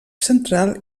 central